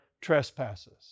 trespasses